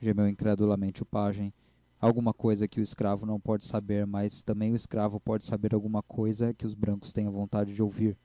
gemeu incredulamente o pajem há alguma coisa que o escravo não pode saber mas também o escravo pode saber alguma coisa que os brancos tenham vontade de ouvir